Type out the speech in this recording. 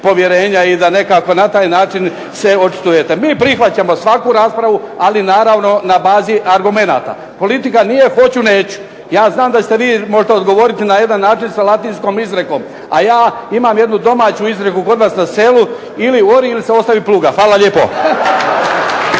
i da nekako na taj način se očitujete. Mi prihvaćamo svaku raspravu, ali naravno na bazi argumenata. Politika nije hoću neću. Ja znam da ćete vi možda odgovoriti na jedan način sa latinskom izrekom, a ja imam jednu domaću izreku kod nas na selu "Ili ori ili se ostavi pluga." Fala lijepo.